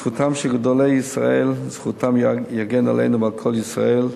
זכותם של גדולי ישראל תגן עלינו ועל כל עם ישראל,